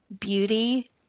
beauty